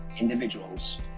individuals